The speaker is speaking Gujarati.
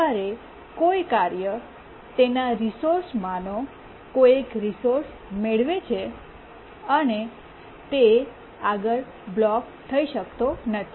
જ્યારે કોઈ કાર્ય તેના રિસોર્સ માનો કોઈ એક રિસોર્સ મેળવે છે અને તે આગળ બ્લોક થઈ શકતો નથી